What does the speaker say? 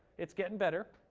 it's getting better.